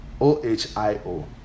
O-H-I-O